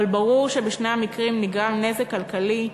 אבל ברור שבשני המקרים נגרם נזק כלכלי,